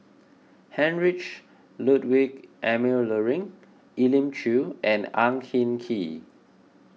Heinrich Ludwig Emil Luering Elim Chew and Ang Hin Kee